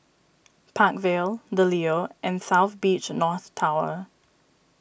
Park Vale the Leo and South Beach North Tower